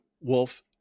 Wolf